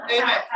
Amen